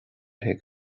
chuig